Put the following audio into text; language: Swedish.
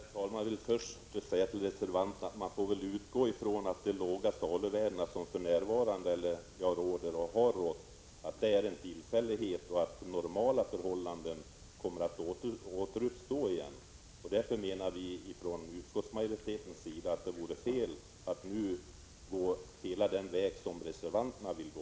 Herr talman! Jag vill säga till reservanterna att man nog får utgå ifrån att de låga saluvärden som har rått och för närvarande råder är tillfälliga och att vi kommer att återgå till normala förhållanden. Utskottsmajoriteten menar därför att det vore fel att nu gå hela den väg som reservanterna vill gå.